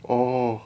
orh